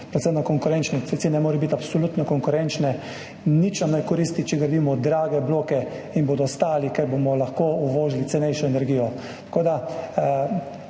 zanesljivo, konkurenčno, cene morajo biti absolutno konkurenčne, nič nam ne koristi, če gradimo drage bloke in bodo stali, ker bomo lahko uvozili cenejšo energijo.